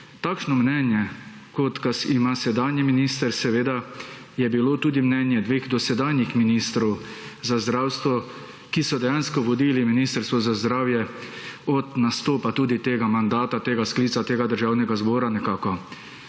Takšno mnenje, kot ga ima sedanji minister, seveda je bilo tudi mnenje dveh dosedanjih ministrov za zdravstvo, ki so dejansko vodili Ministrstvo za zdravje od nastopa tudi tega mandata, tega sklica tega Državnega zbora nekako.